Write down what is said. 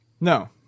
No